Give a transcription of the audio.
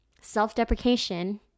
self-deprecation